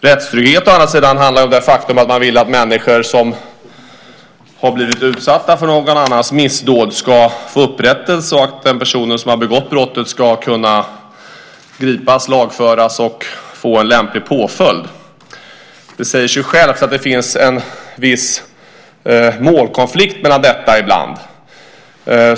Rättstrygghet å andra sidan handlar om det faktum att man vill att människor som har blivit utsatta för någon annans missdåd ska få upprättelse och att den person som har begått brottet ska kunna gripas, lagföras och få en lämplig påföljd. Det säger sig självt att det finns en viss målkonflikt mellan dessa ibland.